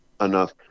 enough